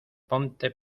ponte